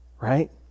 right